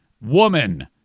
woman